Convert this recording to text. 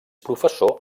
professor